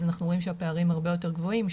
אז אנחנו רואים שהפערים הרבה יותר גבוהים.